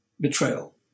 betrayal